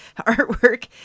artwork